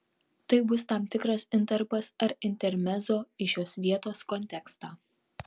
tai bus tam tikras intarpas ar intermezzo į šios vietos kontekstą